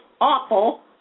awful